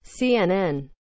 CNN